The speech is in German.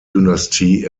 dynastie